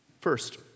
First